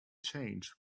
changed